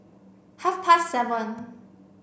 half past seven